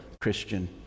Christian